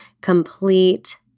complete